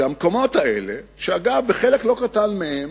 שהמקומות האלה, אגב, בחלק לא קטן מהם,